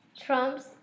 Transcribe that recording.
Trump's